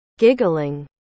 giggling